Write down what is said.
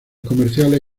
comerciales